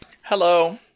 Hello